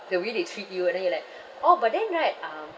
the way they treat you and then you're like orh but then right um